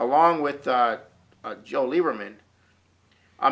along with joe lieberman i